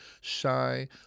shy